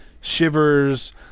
Shivers